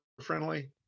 friendly